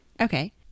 Okay